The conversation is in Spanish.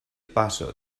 paso